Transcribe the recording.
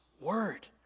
word